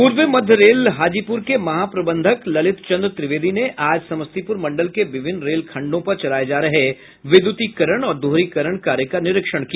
पूर्व मध्य रेल हाजीपुर के महाप्रबंधन ललित चंद्र त्रिवेदी ने आज समस्तीपुर मंडल के विभिन्न रेल खंडों पर चलाये जा रहे विद्युतीकरण और दोहरीकरण कार्य का निरीक्षण किया